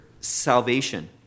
salvation